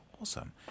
Awesome